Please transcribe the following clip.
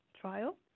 trial